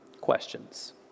questions